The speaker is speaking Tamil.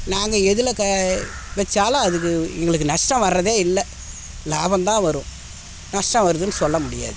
நாங்கள் எதில் க வைச்சாலும் அதுக்கு எங்களுக்கு நஷ்டம் வர்றதே இல்லை லாபம் தான் வரும் நஷ்டம் வருதுன்னு சொல்ல முடியாது